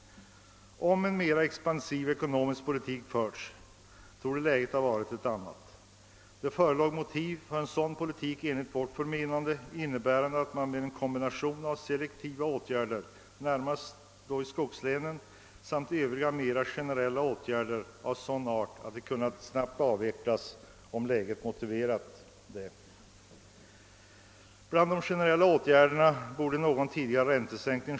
Om en mer expansiv ekonomisk politik förts, torde läget ha varit ett annat. Det förelåg enligt vårt förmenande motiv för en sådan politik med en kombination av selektiva åtgärder, främst i skogslänen, och mer generellt verkande åtgärder av sådan art att de kunnat snabbt avvecklas om läget motiverat detta. Till de generella åtgärderna räk nade vi en något tidigare räntesänkning.